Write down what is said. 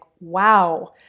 wow